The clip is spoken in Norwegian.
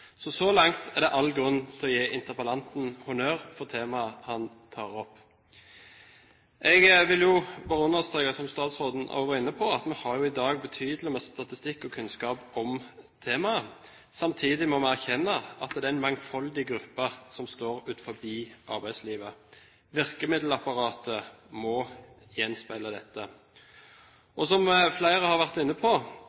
Så langt er det all grunn til å gi interpellanten honnør for temaet han tar opp. Jeg vil understreke, som statsråden også var inne på, at vi i dag har betydelig med statistikk og kunnskap om temaet. Samtidig må vi erkjenne at det er en mangfoldig gruppe som står utenfor arbeidslivet. Virkemiddelapparatet må gjenspeile dette.